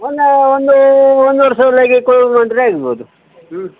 ಒಂದು ಒಂದು ಒಂದು ವರ್ಷದಲ್ಲಿ ಕ್ಲೋಸ್ ಮಾಡಿದರೆ ಆಗ್ಬೋದು ಹ್ಞೂ